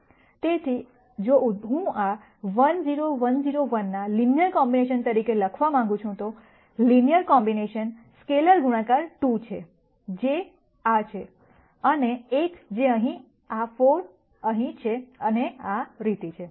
તેથી ઉદાહરણ તરીકે જો હું આ 1 0 1 0 1 ના લિનયર કોમ્બિનેશન તરીકે લખવા માંગું છું તો લિનયર કોમ્બિનેશન સ્કેલેર ગુણાકાર 2 છે જે આ છે અને 1 જે આ અહીં 4 અહીં છે અને આ રીતે છે